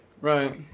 right